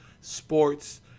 Sports